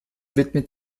widmet